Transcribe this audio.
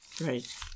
Right